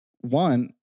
one